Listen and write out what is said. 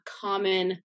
common